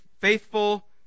faithful